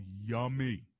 yummy